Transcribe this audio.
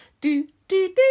do-do-do